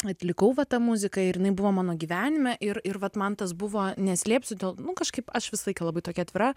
atlikau va tą muziką ir jinai buvo mano gyvenime ir ir vat man tas buvo neslėpsiu dėl nu kažkaip aš visą laiką labai tokia atvira